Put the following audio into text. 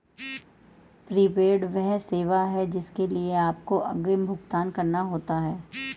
prepaid वह सेवा है जिसके लिए आपको अग्रिम भुगतान करना होता है